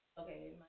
Okay